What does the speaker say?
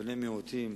בני המיעוטים